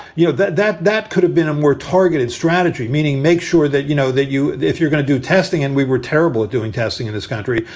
you know, that that that could have been a more targeted strategy. meaning make sure that you know that you if you're going to do testing and we were terrible at doing testing in this country,